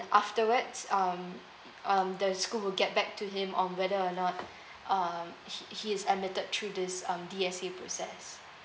afterwards um um the school will get back to him on whether or not uh he he is emitted through this um D_S_A process